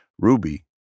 Ruby